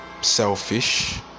selfish